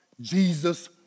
Jesus